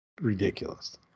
ridiculous